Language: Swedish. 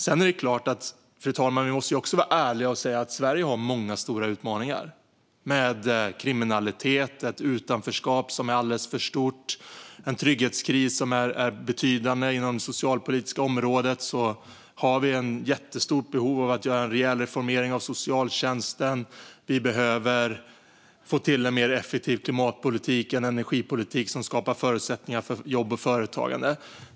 Men, fru talman, vi måste också vara ärliga med att Sverige har många stora utmaningar vad gäller kriminalitet, ett alltför stort utanförskap och en betydande trygghetskris. På det socialpolitiska området finns ett stort behov av en rejäl reformering av socialtjänsten. Vi behöver få till en mer effektiv klimatpolitik och energipolitik som skapar förutsättningar för jobb och företagande.